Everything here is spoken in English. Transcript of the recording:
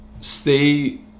stay